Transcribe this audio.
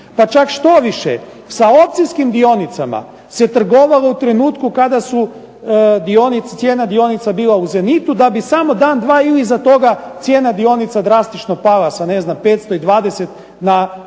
Pa čak štoviše sa ocinskim dionicama se trgovalo u trenutku kada su, cijena dionica bila u Zenitu, da bi samo dan dva iza toga cijena dionica drastično pala sa ne znam 520 na